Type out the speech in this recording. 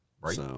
Right